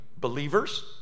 believers